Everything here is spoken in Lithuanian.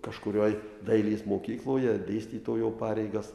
kažkurioj dailės mokykloje dėstytojo pareigas